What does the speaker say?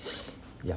ya